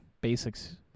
basics